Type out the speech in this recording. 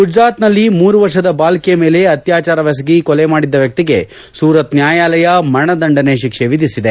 ಗುಜರಾತ್ನಲ್ಲಿ ಮೂರು ವರ್ಷದ ಬಾಲಕಿಯ ಮೇಲೆ ಅತ್ಯಾಚಾರವೆಸಗಿ ಕೊಲೆ ಮಾಡಿದ್ದ ವ್ಯಕ್ತಿಗೆ ಸೂರತ್ ನ್ಯಾಯಾಲಯ ಮರಣದಂಡನೆ ಶಿಕ್ಷೆ ವಿಧಿಸಿದೆ